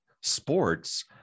sports